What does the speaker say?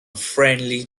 friendly